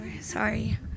Sorry